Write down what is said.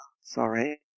Sorry